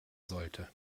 sollte